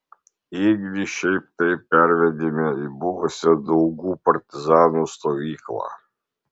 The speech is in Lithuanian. ėglį šiaip taip parvedėme į buvusią daugų partizanų stovyklą